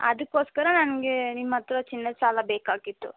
ಅದಕ್ಕೋಸ್ಕರ ನಮಗೆ ನಿಮ್ಮತ್ತಿರ ಚಿನ್ನದ ಸಾಲ ಬೇಕಾಗಿತ್ತು